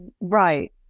Right